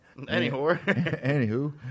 Anywho